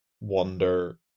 wonder